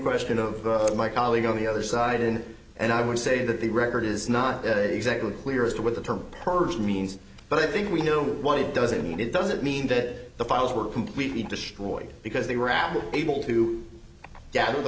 question of my colleague on the other side in and i would say that the record is not exactly clear as to what the term purge means but i think we know what it doesn't mean it doesn't mean that the files were completely destroyed because they were apple able to gather the